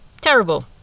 terrible